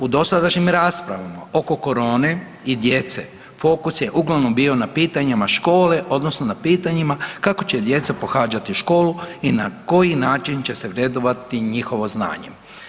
U dosadašnjim raspravama oko korone i djece, fokus je uglavnom bio na pitanjima škole, odnosno na pitanjima kako će djeca pohađati školu i na koji način će se vrednovati njihovo znanje.